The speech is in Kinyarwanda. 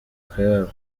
akayabo